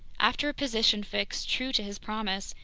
after a position fix, true to his promise,